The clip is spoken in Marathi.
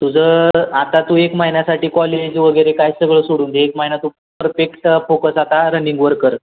तुझं आता तू एक महिन्यासाठी कॉलेज वगैरे काय सगळं सोडून दे एक महिना तू परफेक्टचा फोकस आता रनिंगवर कर